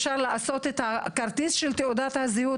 אפשר לעשות את הכרטיס של תעודת הזהות